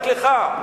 רק לך.